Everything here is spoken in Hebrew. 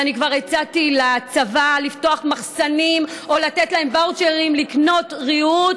ואני כבר הצעתי לצבא לפתוח מחסנים או לתת להם ואוצ'רים לקנות ריהוט,